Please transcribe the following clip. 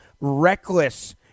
reckless